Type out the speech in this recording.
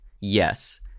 Yes